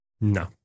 No